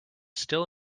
still